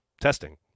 testing